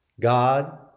God